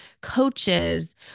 coaches